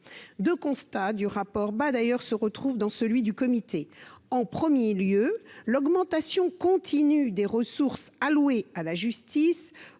2 constats du rapport bah, d'ailleurs, se retrouvent dans celui du comité en 1er lieu l'augmentation continue des ressources allouées à la justice,